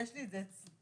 יש לי את זה מולי,